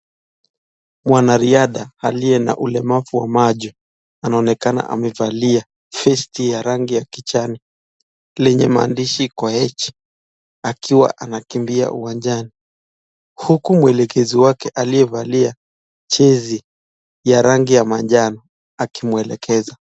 Mwanarihadha aliye na ulemavu wa majo ameonekana amefalia jesi ya rangi ya kijani lenye mandishi ya H akiwa anakimbia uwanjani huku mwelekesi yake aliyefalia seji ya rangi ya manano akimwekesa.